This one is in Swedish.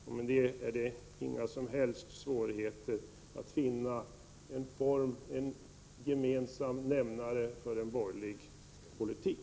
Där tror jag inte att det är några som helst svårigheter att finna en gemensam nämnare för en borgerlig politik.